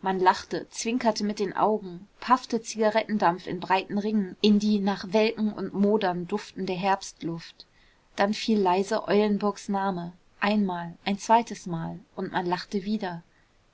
man lachte zwinkerte mit den augen paffte zigarettendampf in breiten ringen in die nach welken und modern duftende herbstluft dann fiel leise eulenburgs name einmal ein zweites mal und man lachte wieder